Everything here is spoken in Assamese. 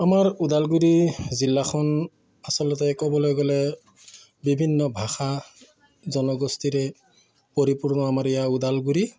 আমাৰ ওদালগুৰি জিলাখন আচলতে ক'বলৈ গ'লে বিভিন্ন ভাষা জনগোষ্ঠীৰে পৰিপূৰ্ণ আমাৰ এয়া ওদালগুৰি